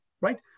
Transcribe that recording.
right